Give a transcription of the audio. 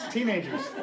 Teenagers